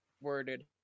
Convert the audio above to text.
worded